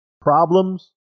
Problems